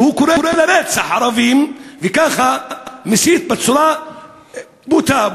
שקורא לרצח ערבים וככה מסית בצורה בוטה,